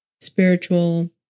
spiritual